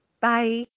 Bye